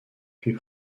puis